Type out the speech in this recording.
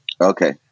Okay